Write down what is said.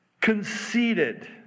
conceited